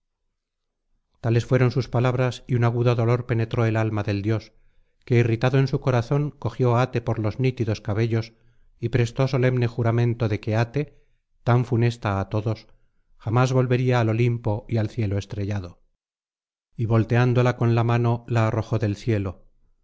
tales fueron sus palabras y un agudo dolor penetró el alma del dios que irritado en su corazón cogió á ate por los nítidos cabellos y prestó solemne juramento de que ate tan funesta á todos jamás volvería al olimpo y al cielo estrellado y volteándola con la mano la arrojó del cielo